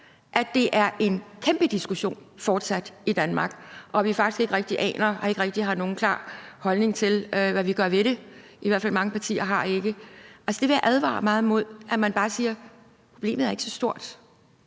at det fortsat er en kæmpe diskussion i Danmark, og at vi faktisk ikke rigtig har nogen klar holdning til, hvad vi gør ved det. I hvert fald er der mange partier, der ikke har det. Altså, jeg vil advare meget imod, at man bare siger, at problemet ikke er så stort.